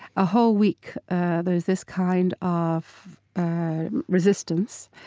a whole week there's this kind of resistance,